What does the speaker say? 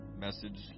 message